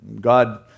God